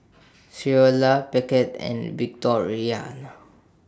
Creola Beckett and Victoriano